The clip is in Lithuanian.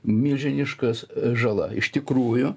milžiniškas žala iš tikrųjų